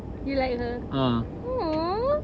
you like her mm